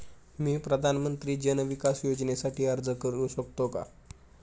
मी प्रधानमंत्री जन विकास योजनेसाठी अर्ज करू शकतो का?